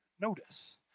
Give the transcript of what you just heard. notice